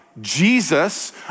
Jesus